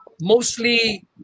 mostly